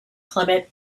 clement